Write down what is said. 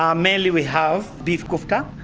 um mainly we have beef kofta,